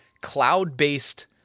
cloud-based